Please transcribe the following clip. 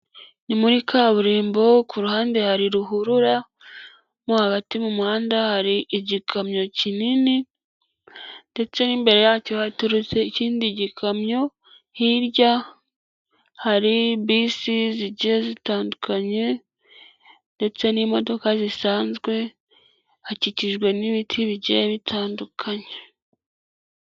Ni muri kaburimbo ku ruhande hari ruhura, mo hagati mu muhanda hari igikamyo kinini ndetse n'imbere yacyo haturutse ikindi gikamyo, hirya hari bisi zigiye zitandukanye ndetse n'imodoka zisanzwe, hakikijwe n'ibiti bigiye bitandukanye.